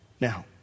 Now